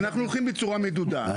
אנחנו הולכים בצורה מדודה.